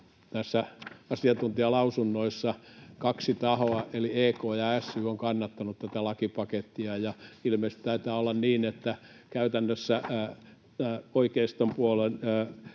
Näissä asiantuntijalausunnoissa kaksi tahoa, eli EK ja SY, on kannattanut tätä lakipakettia, ja ilmeisesti taitaa olla niin, että käytännössä oikeiston puoluetuki